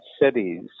cities